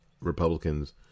Republicans